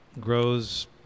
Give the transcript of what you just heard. grows